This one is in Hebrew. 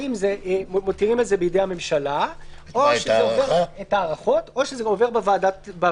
אם מותירים את זה בידי הממשלה את ההארכות - או זה עובר בוועדה.